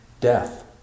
death